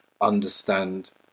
understand